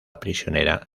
prisionera